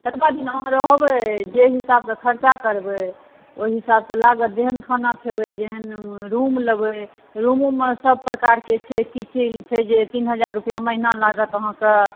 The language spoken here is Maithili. जेतबा दिन अहाँ रहबै जे हिसाबसँ खर्चा करबै ओहि हिसाबसँ लागत जेहन खाना खेबै जेहन रुम लेबै रुमोमे सब प्रकारकेँ छै किछु छै जे तीन हजार रुपैआ महीना लागत अहाँकेॅं